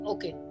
Okay